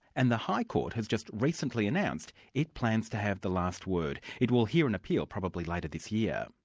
and the high court has just recently announced it plans to have the last word. it will hear an appeal probably later this year.